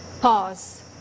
pause